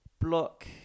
Block